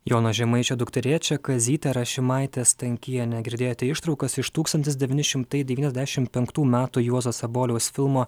jono žemaičio dukterėčia kazytė rašimaitė stankienė girdėjote ištraukas iš tūkstantis devyni šimtai devyniasdešim penktų metų juozo saboliaus filmo